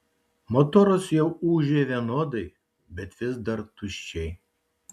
motoras jau ūžė vienodai bet vis dar tuščiai